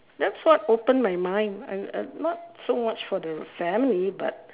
that's what opened my mind I I am a not so much for the family but